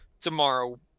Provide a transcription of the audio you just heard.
tomorrow